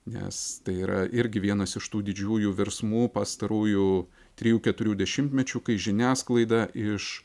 nes tai yra irgi vienas iš tų didžiųjų virsmų pastarųjų trijų keturių dešimtmečių kai žiniasklaida iš